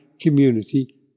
community